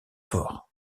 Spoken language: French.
fort